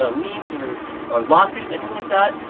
ah liens or or lawsuits anything like that.